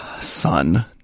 son